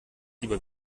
lieber